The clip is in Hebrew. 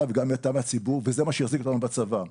וגם מטעם הציבור וזה מה שהחזיק אותנו בצבא.